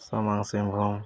ᱥᱟᱢᱟᱝ ᱥᱤᱝᱵᱷᱩᱢ